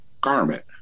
garment